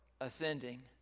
ascending